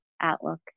outlook